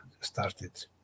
started